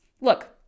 Look